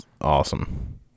awesome